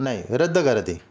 नाही रद्द करा ते